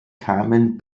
kamen